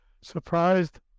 surprised